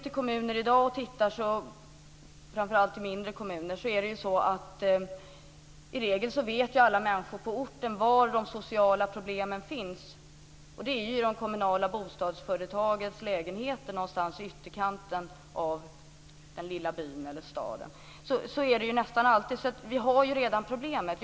I kommunerna i dag, framför allt i mindre kommuner, vet i regel alla människor på orten var de sociala problemen finns, nämligen i de kommunala bostadsföretagens lägenheter någonstans i ytterkanten av den lilla byn eller staden. Så är det nästan alltid. Vi har alltså redan problemet.